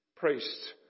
priests